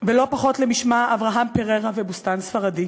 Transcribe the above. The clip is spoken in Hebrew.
ולא פחות למשמע אברהם פררה ו"בוסתן ספרדי".